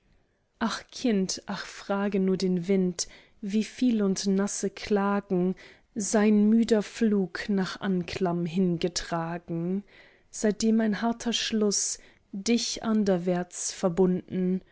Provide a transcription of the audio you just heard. ach kind ach frage nur den wind wieviel und nasse klagen sein müder flug nach anklam hingetragen seitdem ein harter schluß dich anderwärts verbunden